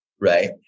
Right